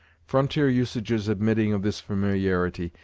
frontier usages admitting of this familiarity,